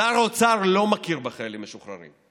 שר האוצר לא מכיר בחיילים משוחררים.